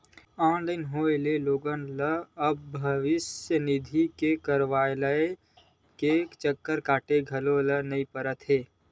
online होए ले लोगन ल अब भविस्य निधि के कारयालय के चक्कर काटे ल नइ परत हे